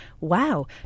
Wow